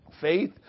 Faith